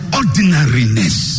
ordinariness